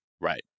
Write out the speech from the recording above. right